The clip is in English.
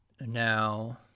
now